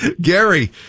Gary